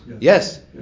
Yes